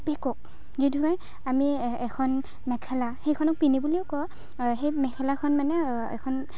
পিকক যি ধৰণে আমি এখন মেখেলা সেইখনক পিনি বুলিও কয় সেই মেখেলাখন মানে এখন